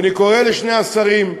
ואני קורא לשני השרים,